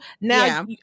now